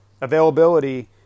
Availability